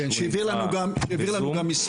שהעביר לנו גם מסמך,